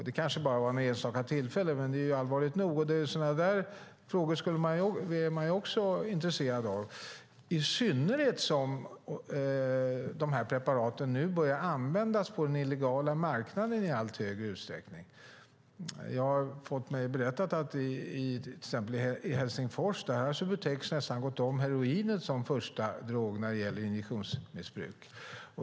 Det kanske bara var fråga om något enstaka tillfälle, men det är allvarligt nog. Sådana frågor är vi också intresserade av, i synnerhet som preparaten i allt högre utsträckning har börjat användas på den illegala marknaden. Jag har fått mig berättat att i Helsingfors har Subutex nästan gått om heroinet som förstadrog när det gäller injektionsmissbruk.